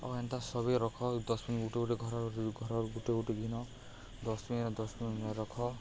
ଆଉ ଏନ୍ତା ସଭେ ରଖ ଡଷ୍ଟ୍ବିନ୍ ଗୁଟେ ଗୁଟେ ଘର ଘରର ଗୁଟେ ଗୁଟେ ଘିନ ଡଷ୍ଟ୍ବିନ୍ ଡଷ୍ଟ୍ବିନ୍ ରଖ